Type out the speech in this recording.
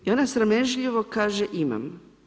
I ona sramežljivo kaže imam.